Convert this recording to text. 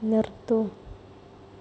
നിർത്തൂ